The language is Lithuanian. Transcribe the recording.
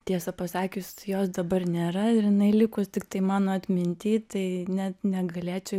tiesa pasakius jos dabar nėra ir jinai likus tiktai mano atminty tai net negalėčiau